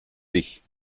dich